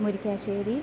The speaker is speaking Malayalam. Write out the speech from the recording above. മുരിക്കാശ്ശേരി